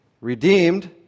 redeemed